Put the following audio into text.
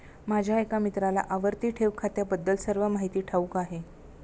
माझ्या एका मित्राला आवर्ती ठेव खात्याबद्दल सर्व माहिती ठाऊक आहे